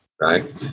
right